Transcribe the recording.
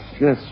yes